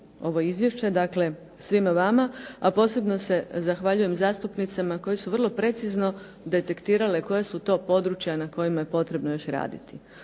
ovo izvješće, dakle svima vama, a posebno se zahvaljujem zastupnicama koje su vrlo precizno detektirale koja su to područja na kojima je potrebno još raditi.